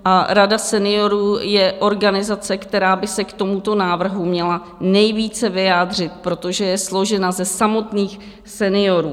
A Rada seniorů je organizace, která by se k tomuto návrhu měla nejvíce vyjádřit, protože je složena ze samotných seniorů.